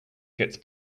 gets